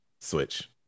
Switch